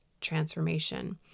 transformation